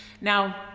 Now